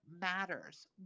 matters